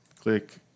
Click